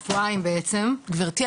שבועיים בעצם --- גברתי,